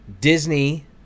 Disney